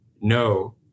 no